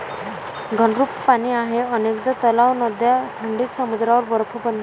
घनरूप पाणी आहे अनेकदा तलाव, नद्या थंडीत समुद्रावर बर्फ बनतात